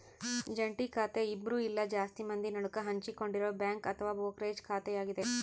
ಜಂಟಿ ಖಾತೆ ಇಬ್ರು ಇಲ್ಲ ಜಾಸ್ತಿ ಮಂದಿ ನಡುಕ ಹಂಚಿಕೊಂಡಿರೊ ಬ್ಯಾಂಕ್ ಅಥವಾ ಬ್ರೋಕರೇಜ್ ಖಾತೆಯಾಗತೆ